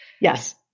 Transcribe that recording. Yes